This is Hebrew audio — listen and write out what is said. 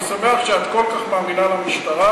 אני שמח שאת כל כך מאמינה למשטרה,